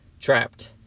trapped